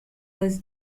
was